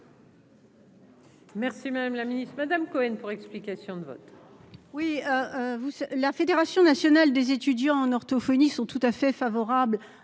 Merci madame la ministre Madame Cohen pour explication de vote.